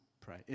pray